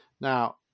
Now